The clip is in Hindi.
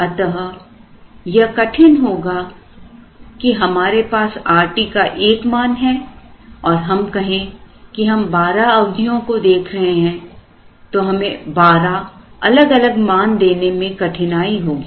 अतः यह कठिन होगा कि हमारे पास Rt का एक मान है और हम कहें कि हम 12 अवधियो को देख रहे हैं तो हमें 12 अलग अलग मान देने में कठिनाई होगी